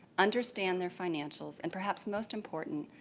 understand their financials and perhaps most important,